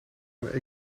een